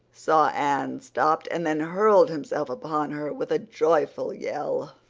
saw anne, stopped, and then hurled himself upon her with a joyful yell.